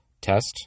Test